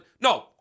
No